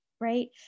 right